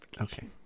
okay